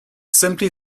simply